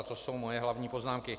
To jsou moje hlavní poznámky.